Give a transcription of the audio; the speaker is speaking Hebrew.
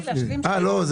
אה, לא.